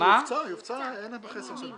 אין להם חסר.